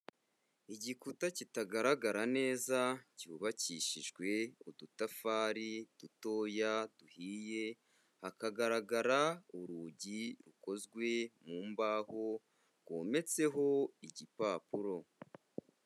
Igikuta kitagaragara neza cyubakishijwe udutafari dutoya duhiye, hakagaragara urugi rukozwe mu mbaho, rwometseho igipapuro.